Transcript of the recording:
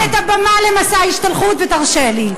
השר ניצל את הבמה למסע השתלחות, ותרשה לי.